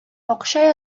акча